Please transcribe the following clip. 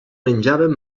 menjàvem